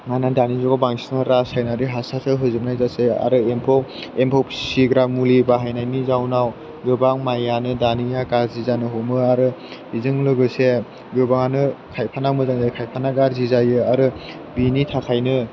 मानोना दानि जुगाव बांसिनै रासायनारि हासारसो होजोबनाय जासै आरो एम्फौ फिसिग्रा मुलि बाहायनायनि जाहोनाव गोबां माइआनो दानिया गाज्रि जानो हमो आरो बेजों लोगोसे गोबाङानो खायफाना मोजां जायो खायफाना गाज्रि जायो आरो बेनि थाखायनो